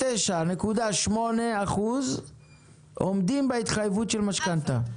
99.8% עומדים בהתחייבות של המשכנתה.